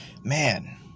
Man